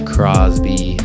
Crosby